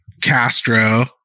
Castro